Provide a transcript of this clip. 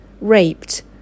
Raped